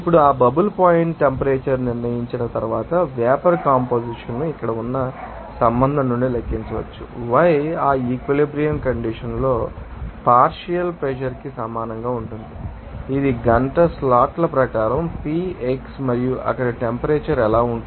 ఇప్పుడు ఆ bubble point temperature నిర్ణయించిన తర్వాత వేపర్ కంపొజిషన్ ను ఇక్కడ ఉన్న సంబంధం నుండి లెక్కించవచ్చు yi ఆ ఈక్విలిబ్రియం కండిషన్ లో పార్షియల్ ప్రెషర్ కి సమానం అవుతుంది ఇది గంట స్లాట్ల ప్రకారం Pivxi మరియు అక్కడ టెంపరేచర్ ఎలా ఉంటుంది